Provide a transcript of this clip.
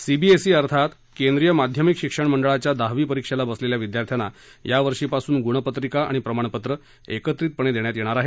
CBSE अर्थात केंद्रीय माध्यमिक शिक्षण मंडळाच्या दहावी परीक्षेला बसलेल्या विद्यार्थ्यांना यावर्षीपासून गुणपत्रिका आणि प्रमाणपत्र एकत्रितपणे देण्यात येणार आहे